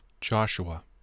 Joshua